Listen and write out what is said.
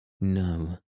No